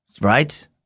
right